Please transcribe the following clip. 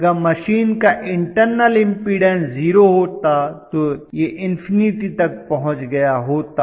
अगर मशीन का internal impedance zero होता तो यह इन्फिनिटी तक पहुंच गया होता